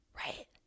right